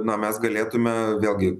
na mes galėtume vėlgi